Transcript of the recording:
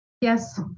Yes